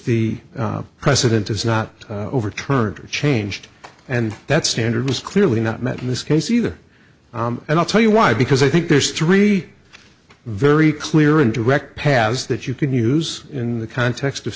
the president is not overturned or changed and that standard was clearly not met in this case either and i'll tell you why because i think there's three very clear and direct paths that you can use in the context of